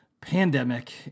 pandemic